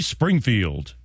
Springfield